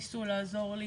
ניסו לעזור לי